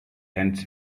tenth